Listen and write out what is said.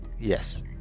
Yes